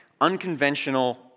unconventional